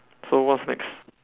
so what's next